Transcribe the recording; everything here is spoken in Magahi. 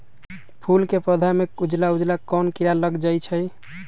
फूल के पौधा में उजला उजला कोन किरा लग जई छइ?